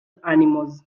animals